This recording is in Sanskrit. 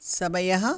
समयः